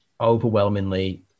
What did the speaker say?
overwhelmingly